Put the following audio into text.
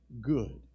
good